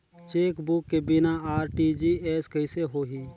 Chequebook के बिना RTGS कइसे होही?